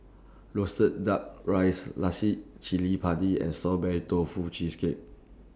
Roasted Duck Rice Cili Padi and Strawberry Tofu Cheesecake